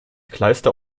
kleister